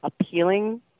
appealing